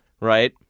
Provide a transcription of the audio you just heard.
Right